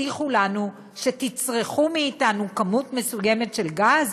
תבטיחו לנו שתצרכו מאתנו כמות מסוימת של גז?